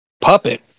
puppet